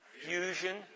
Fusion